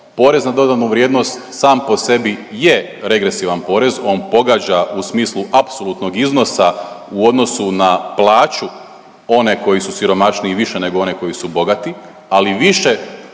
Porez na dodanu vrijednost sam po sebi je regresivan porez. On pogađa u smislu apsolutnog iznosa u odnosu na plaću one koji su siromašniji više nego one koji su bogati, ali više